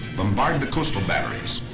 bombard the coastal batteries,